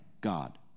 God